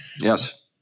yes